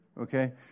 Okay